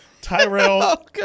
Tyrell